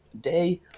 day